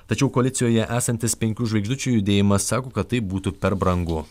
tačiau koalicijoje esantis penkių žvaigždučių judėjimas sako kad tai būtų per brangu